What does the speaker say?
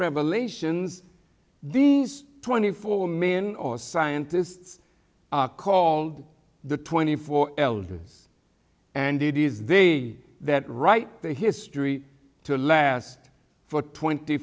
revelations these twenty four men or scientists are called the twenty four elders and it is they that write the history to last for twenty